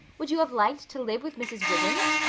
would you have liked to live with mrs. wiggins?